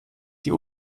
die